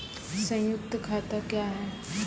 संयुक्त खाता क्या हैं?